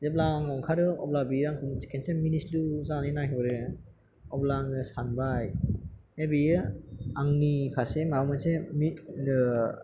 जेब्ला आं ओंखारो अब्ला बियो आंखौ खेबसे मिनिस्लु जाना नायहरो अब्ला आङो सानबाय बे बियो आंनि फारसे माबा मोनसे